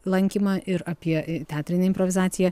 lankymą ir apie teatrinę improvizaciją